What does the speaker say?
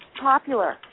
popular